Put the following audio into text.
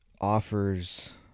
offers